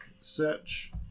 search